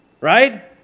Right